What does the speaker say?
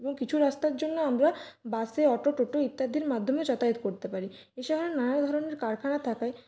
এবং কিছু রাস্তার জন্য আমরা বাসে অটো টোটো ইত্যাদির মাধ্যমে যাতায়াত করতে পারি এই শহরে নানা ধরনের কারখানা থাকায়